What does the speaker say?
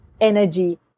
energy